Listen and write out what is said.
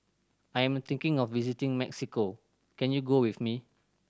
I am thinking of visiting Mexico can you go with me